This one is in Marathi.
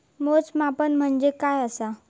मोजमाप म्हणजे काय असा?